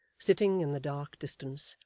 sitting in the dark distance,